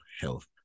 health